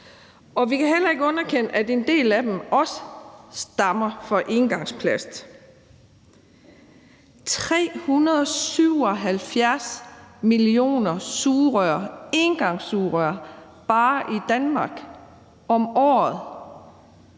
Og vi kan heller ikke underkende, at en del af dem også stammer fra engangsplast. Der er 377 millioner sugerør, engangssugerør, bare i Danmark om året;